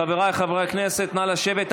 חבריי חבר הכנסת, נא לשבת.